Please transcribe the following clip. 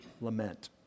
lament